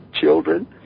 children